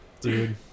dude